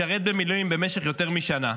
לשרת במילואים במשך יותר משנה.